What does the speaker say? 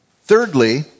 Thirdly